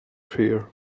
fear